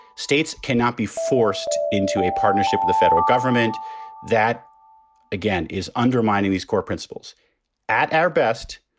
states cannot be forced into a partnership of the federal government that again, is undermining these core principles at our best,